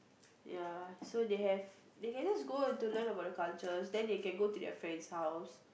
ya so they have they can just go in to learn about the cultures then they can go to their friend's house